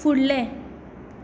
फुडलें